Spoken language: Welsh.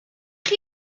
chi